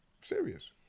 Serious